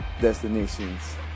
destinations